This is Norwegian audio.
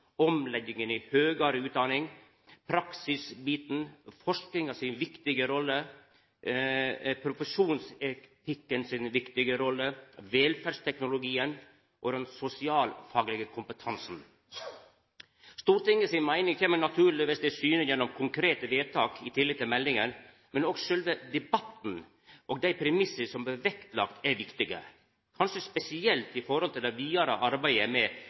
omlegginga i høgare utdanning, praksisbiten, forskinga si viktige rolle, profesjonsetikken si viktige rolle, velferdsteknologien og den sosialfaglege kompetansen. Stortinget si meining kjem naturlegvis til syne gjennom konkrete vedtak i tillegg til meldinga, men òg sjølve debatten og dei premissa som blir vektlagde, er viktige. Det er kanskje spesielt viktig i det vidare utviklingsarbeidet. I debatten har det